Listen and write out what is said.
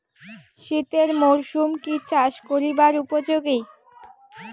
শীতের মরসুম কি চাষ করিবার উপযোগী?